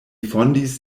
fondis